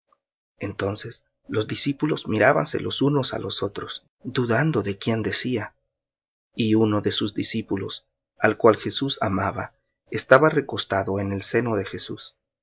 entonces los discípulos mirábanse los unos á los otros dudando de quién decía y uno de sus discípulos al cual jesús amaba estaba recostado en el seno de jesús